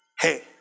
hey